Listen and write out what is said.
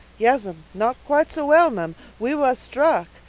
yas'm. not quite so well, ma'am. we was struck.